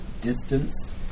distance